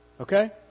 Okay